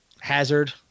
hazard